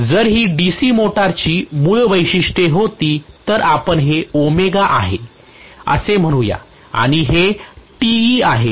जर ही DC मोटरची मूळ वैशिष्ट्ये होती तर आपण हे आहे असे म्हणूया आणि हे Te आहे